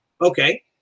Okay